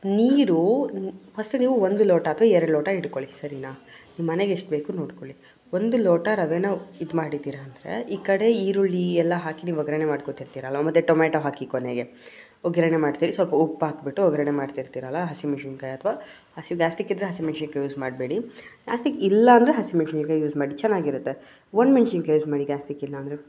ನೀರು ಫಸ್ಟ್ ನೀವು ಒಂದು ಲೋಟ ಅಥ್ವಾ ಎರಡು ಲೋಟ ಇಟ್ಕೊಳ್ಳಿ ಸರಿಯಾ ನಿಮ್ಮ ಮನೆಗೆ ಎಷ್ಟು ಬೇಕು ನೋಡಿಕೊಳ್ಳಿ ಒಂದು ಲೋಟ ರವೆನಾ ಇದು ಮಾಡಿದ್ದೀರ ಅಂದರೆ ಈ ಕಡೆ ಈರುಳ್ಳಿ ಎಲ್ಲ ಹಾಕಿ ನೀವು ಒಗ್ಗರಣೆ ಮಾಡ್ಕೊತಿರ್ತೀರಲ್ಲ ಮತ್ತು ಟೊಮ್ಯಾಟೊ ಹಾಕಿ ಕೊನೆಗೆ ಒಗ್ಗರಣೆ ಮಾಡ್ತೀರಿ ಸ್ವಲ್ಪ ಉಪ್ಪು ಹಾಕಿಬಿಟ್ಟು ಒಗ್ಗರಣೆ ಮಾಡ್ತಿರ್ತೀರಲ್ಲಾ ಹಸಿಮೆಣ್ಶಿನ್ಕಾಯಿ ಅಥ್ವಾ ಹಸಿ ಗ್ಯಾಸ್ಟಿಕ್ ಇದ್ದರೆ ಹಸಿಮೆಣ್ಸಿನ್ಕಾಯಿ ಯೂಸ್ ಮಾಡಬೇಡಿ ಗ್ಯಾಸ್ಟಿಕ್ ಇಲ್ಲಾಂದರೆ ಹಸಿಮೆಣ್ಸಿನ್ಕಾಯಿ ಯೂಸ್ ಮಾಡಿ ಚೆನ್ನಾಗಿರುತ್ತೆ ಒಣಮೆಣ್ಶಿನ್ಕಾಯಿ ಯೂಸ್ ಮಾಡಿ ಗ್ಯಾಸ್ಟಿಕ್ ಇಲ್ಲಾಂದರೆ